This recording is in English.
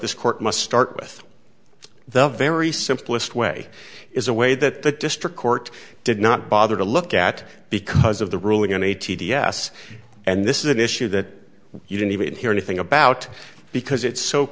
this court must start with the very simplest way is a way that the district court did not bother to look at because of the ruling on a t d s and this is an issue that you didn't even hear anything about because it's so